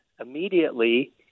immediately